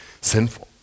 sinful